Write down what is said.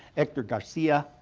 hector garcia,